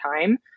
time